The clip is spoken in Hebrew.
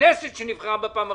שהכנסת נבחרה בפעם הרביעית,